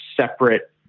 separate